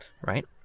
Right